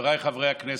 חבריי חברי הכנסת,